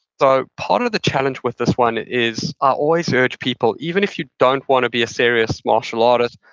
so, part of the challenge with this one is i ah always urge people, even if you don't want to be a serious martial artist,